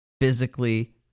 physically